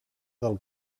del